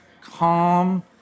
calm